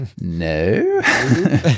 No